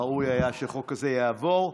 ראוי היה שהחוק הזה יעבור.